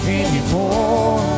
anymore